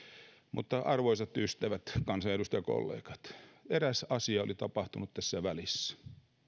mutta arvoisat ystävät kansanedustajakollegat eräs asia oli tapahtunut tässä välissä